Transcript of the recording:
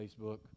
Facebook